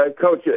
Coach